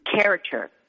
character